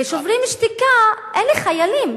ו"שוברים שתיקה" אלה חיילים.